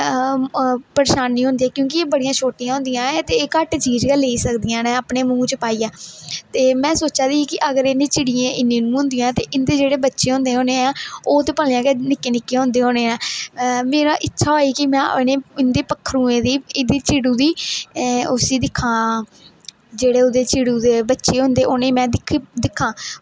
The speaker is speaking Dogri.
परेशानी होंदी ऐ क्योंकि एह् बडियां छोटियां होंदियां ऐ ते एह् घट्ट चीज गै लेई सकदियां ना अपने मूहां च पाइयै ते में सोचा दी ही कि अगर इनें चिड़ी गी इन्नू इन्नू होंदी ऐ ते इंदे जेहडे़ बच्चे होंदे ऐ ओह् ते भलेआं गे निक्के निक्के होंदे होने ऐ मेरा इच्छा होई कि में इनें पक्खरु दी एहदी चिडू दी उसी दिक्खां जेहडे़ ओहदे च चिडू दे बच्चे होंदे ना उनेंगी में दिक्खां